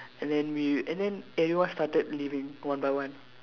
and then we and then everyone started leaving one by one